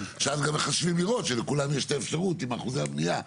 שאז גם מחשבים לראות שלכולם יש את האפשרות עם אחוזי הבנייה.